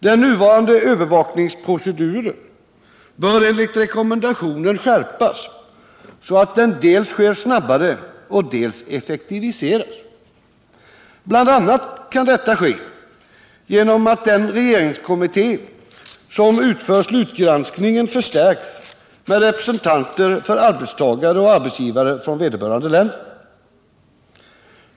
Den nuvarande övervakningsproceduren bör enligt rekommendationen skärpas så att den dels sker snabbare, dels effektiviseras. Bl. a. kan detta ske genom att den regeringskommitté som utför slutgranskningen förstärks med representanter för arbetstagare och arbetsgivare från vederbörande länder.